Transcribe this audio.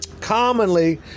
Commonly